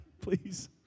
Please